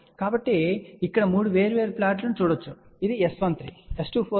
కాబట్టి ఇక్కడ 3 వేర్వేరు ప్లాట్లను ఎప్పుడు చూడవచ్చు ఇది S13 S24 కు అనుగుణంగా ఉండే ప్లాట్లు